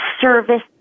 service